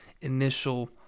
initial